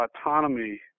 autonomy